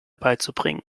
beizubringen